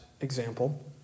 example